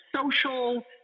social